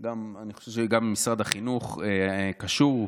אני חושב שגם משרד החינוך קשור,